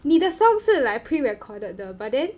你的 sound 是 like pre-recorded 的 but then